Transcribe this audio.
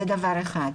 זה דבר אחד.